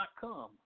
come